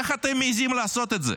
איך אתם מעזים לעשות את זה?